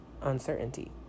uncertainty